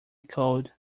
cold